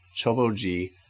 Choboji